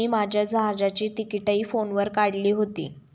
मी माझ्या जहाजाची तिकिटंही फोनवर काढली होती